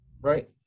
Right